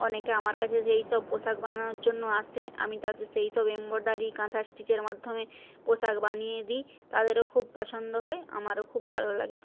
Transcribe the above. অনেকে আমার কাছে সেই সব পোশাক বানানোর জন্য আসে আমি তাদের সেই সব এম্ব্রয়ডারি কাঁথা স্টিচের মাধ্যমে পোশাক বানিয়ে দিই তাদেরও খুব পছন্দ হয় আমারও খুব ভালো লাগে